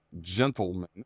gentlemen